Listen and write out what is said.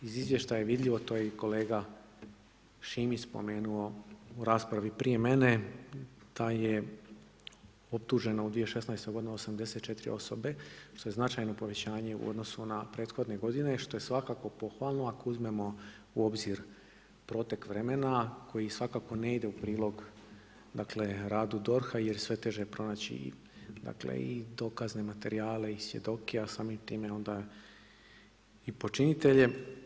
Iz izvještaja je vidljivo, to je i kolega Šimić spomenuo u raspravi prije mene da je optuženo u 2016. godini 84 osobe što je značajno povećanje u odnosu na prethodne godine što je svakako pohvalno, ako uzmemo u obzir protek vremena koji svakako ne ide u prilog radu DORH-a jer je sve teže pronaći i dokazne materijale i svjedoke, a samim time onda i počinitelje.